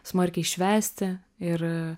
smarkiai švęsti ir